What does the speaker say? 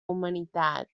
humanitat